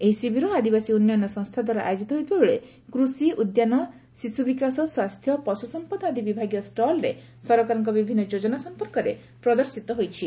ଏହି ଶିବିର ଆଦିବାସୀ ଉନ୍ନୟନ ସଂସ୍ଥାଦ୍ୱାରା ଆୟୋଜିତ ହୋଇଥିବାବେଳେ କୃଷି ଉଦ୍ୟାନ ଶିଶୁ ବିକାଶ ସ୍ୱାସ୍ଥ୍ୟ ପଶୁସମ୍ପଦ ଆଦି ବିଭାଗୀୟ ଷ୍ଟଲ୍ରେ ସରକାରଙ୍କ ବିଭିନ୍ ଯୋଜନା ସମ୍ପର୍କରେ ପ୍ରଦର୍ଶିତ ହୋଇଛି